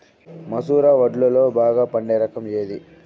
మసూర వడ్లులో బాగా పండే రకం ఏది?